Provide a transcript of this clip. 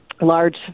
large